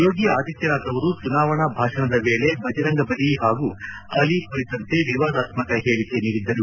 ಯೋಗಿ ಆದಿತ್ಯನಾಥ್ ಅವರು ಚುನಾವಣಾ ಭಾಷಣದ ವೇಳೆ ಬಜರಂಗ ಬಲಿ ಹಾಗೂ ಅಲಿ ಕುರಿತಂತೆ ವಿವಾದಾತ್ಮಕ ಹೇಳಿಕೆ ನೀಡಿದ್ದರು